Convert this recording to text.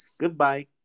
Goodbye